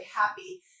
happy